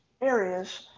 areas